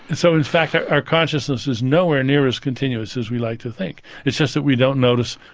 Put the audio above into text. and so in fact our our consciousness is nowhere near as continuous as we like to think, it's just that we don't notice,